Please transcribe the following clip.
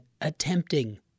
attempting